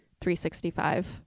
365